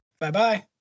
Bye-bye